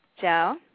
Joe